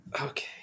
Okay